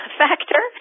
factor